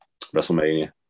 Wrestlemania